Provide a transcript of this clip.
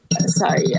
Sorry